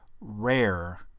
rare